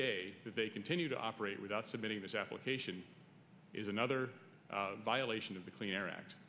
that they continue to operate without submitting this application is another violation of the clean air